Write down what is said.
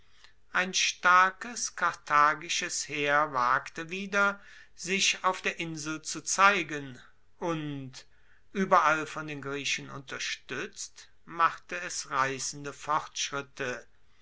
ein starkes karthagisches heer wagte wieder sich auf der insel zu zeigen und ueberall von den griechen unterstuetzt machte es reissende fortschritte